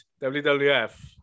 WWF